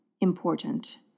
important